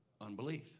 Unbelief